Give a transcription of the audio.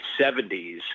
70s